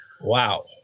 Wow